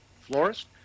florist